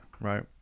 Right